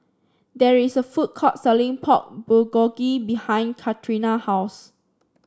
there is a food court selling Pork Bulgogi behind Katrina house